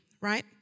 right